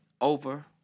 over